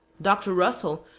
dr. russel,